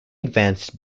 advanced